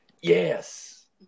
Yes